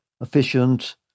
efficient